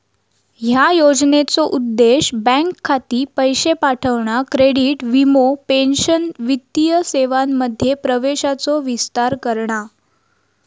ह्या योजनेचो उद्देश बँक खाती, पैशे पाठवणा, क्रेडिट, वीमो, पेंशन वित्तीय सेवांमध्ये प्रवेशाचो विस्तार करणा